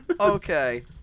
Okay